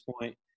point